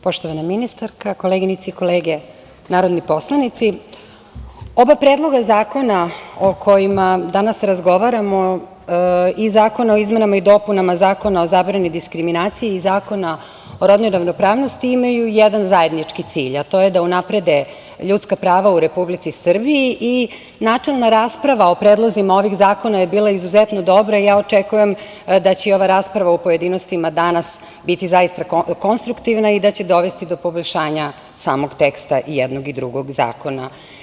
Poštovana ministarko, koleginice i kolege narodni poslanici, oba predloga zakona o kojima danas razgovaramo i Zakona o izmenama i dopunama Zakona o zabrani diskriminacije i Zakona o rodnoj ravnopravnosti imaju jedan zajednički cilj, a to je da unaprede ljudska prava u Republici Srbiji i načelna rasprava o predlozima ovih zakona je bila izuzetno dobra i očekujem da će i ova rasprava u pojedinostima danas biti zaista konstruktivna i da će dovesti do poboljšanja samog teksta jednog i drugog zakona.